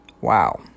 Wow